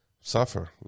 suffer